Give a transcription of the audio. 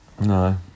No